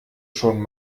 schon